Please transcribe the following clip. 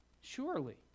Surely